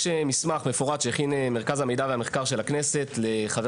יש מסמך מפורט שהכין מרכז המחקר והמידע של הכנסת לחבר